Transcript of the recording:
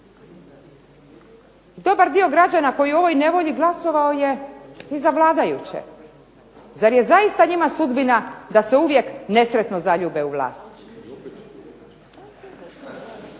Dobar dio građana koji je u ovoj nevolji glasovao je i za vladajuće. Zar je zaista njima sudbina da se uvijek nesretno zaljube u vlast.